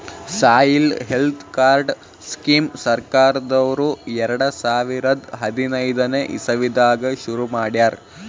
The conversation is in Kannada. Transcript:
ಸಾಯಿಲ್ ಹೆಲ್ತ್ ಕಾರ್ಡ್ ಸ್ಕೀಮ್ ಸರ್ಕಾರ್ದವ್ರು ಎರಡ ಸಾವಿರದ್ ಹದನೈದನೆ ಇಸವಿದಾಗ ಶುರು ಮಾಡ್ಯಾರ್